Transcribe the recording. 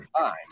time